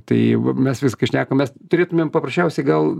tai va mes vis kai šnekam mes turėtumėm paprasčiausiai gal